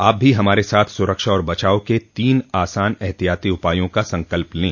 आप भी हमारे साथ सुरक्षा और बचाव के तीन आसान एहतियाती उपायों का संकल्प लें